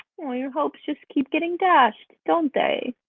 oh, your hopes just keep getting dashed, don't they?